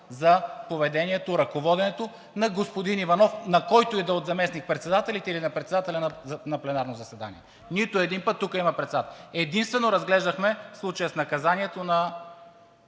за поведението, ръководенето на господин Иванов, на когото и да е от заместник-председателите, или на председателя на пленарно заседание. Нито един път! Тук има председатели. Единствено разглеждахме случая с наказанието на